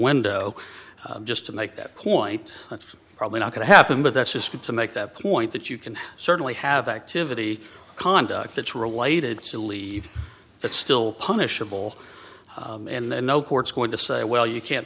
window just to make that point that's probably not going to happen but that's just to make that point that you can certainly have activity conduct it's related to leave it's still punishable and then no court's going to say well you can't